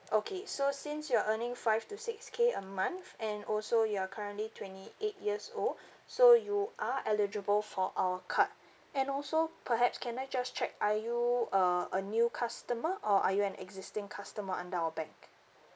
okay so since you're earning five to six K a month and also you're currently twenty eight years old so you are eligible for our card and also perhaps can I just check are you a a new customer or are you an existing customer under our bank